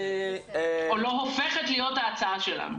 או לא הופכת להיות ההצעה שלנו.